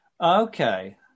Okay